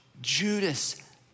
Judas